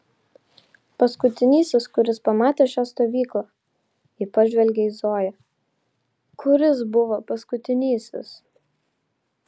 paskutinysis kuris pamatė šią stovyklą ji pažvelgė į zoją kuris buvo paskutinysis